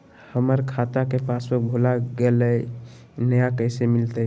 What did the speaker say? हमर खाता के पासबुक भुला गेलई, नया कैसे मिलतई?